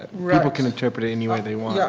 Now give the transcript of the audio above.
people can interpret it anyway they want. yeah